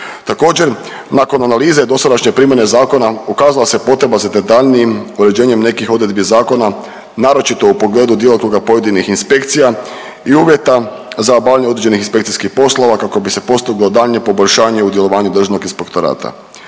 Također nakon analize dosadašnje primjene zakona ukazala se potreba za detaljnijim uređenjem nekih odredbi zakona, naročito u pogledu djelokruga pojedinih inspekcija i uvjeta za obavljanje određenih inspekcijskih poslova kako bi se postiglo daljnje poboljšanje u djelovanju državnog inspektorata.